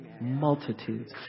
Multitudes